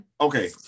okay